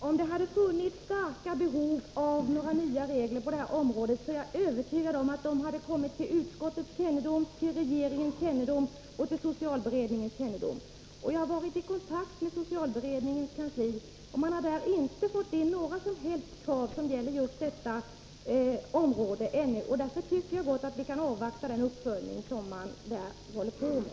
Fru talman! Om det hade funnits stora behov av några nya regler på det här området hade det — det är jag övertygad om — kommit till utskottets kännedom, till regeringens kännedom och till socialberedningens kännedom. Jag har varit i kontakt med socialberedningens kansli, och man har där inte fått in några krav som gäller just detta område. Därför tycker jag att vi gott kan avvakta den uppföljning som man där håller på med.